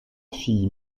fille